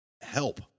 help